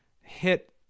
hit